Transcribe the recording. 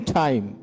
time